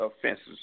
offenses